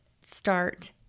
start